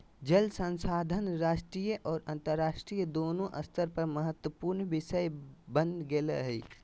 जल संसाधन राष्ट्रीय और अन्तरराष्ट्रीय दोनों स्तर पर महत्वपूर्ण विषय बन गेले हइ